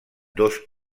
dos